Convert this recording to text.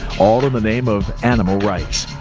all in the name of animal rights.